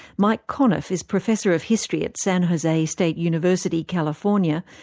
mike conniff is professor of history at san jose state university, california,